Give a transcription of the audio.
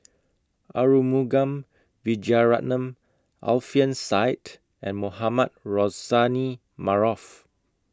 Arumugam Vijiaratnam Alfian Sa'at and Mohamed Rozani Maarof